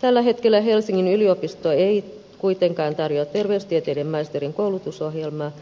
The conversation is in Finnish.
tällä hetkellä helsingin yliopisto ei kuitenkaan tarjoa terveystieteiden maisterin koulutusohjelmaa